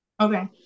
Okay